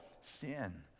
sin